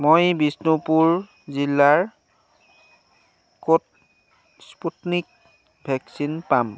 মই বিষ্ণুপুৰ জিলাৰ ক'ত স্পুটনিক ভেকচিন পাম